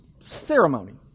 ceremony